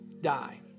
die